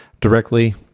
directly